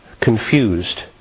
Confused